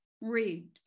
Read